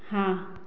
हाँ